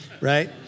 right